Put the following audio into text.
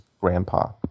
Grandpa